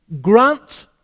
Grant